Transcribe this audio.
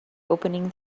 opening